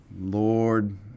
Lord